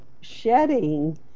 shedding